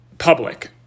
public